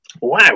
wow